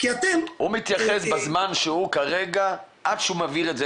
הוא מתייחס בזמן שהוא כרגע עד שהוא מעביר את זה